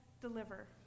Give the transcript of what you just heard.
Deliver